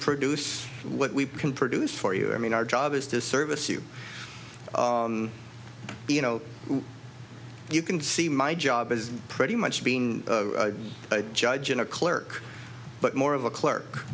produce what we can produce for you i mean our job is to service you you know you can see my job as pretty much being a judge and a clerk but more of a clerk